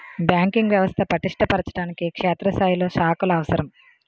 banking వ్యవస్థ పటిష్ట పరచడానికి క్షేత్రస్థాయిలో శాఖలు అవసరం